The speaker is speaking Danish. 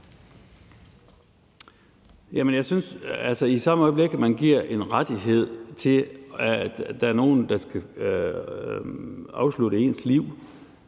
(KF): Jeg synes, at i samme øjeblik man giver en rettighed til, at der er nogle, der kan afslutte en